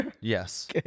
yes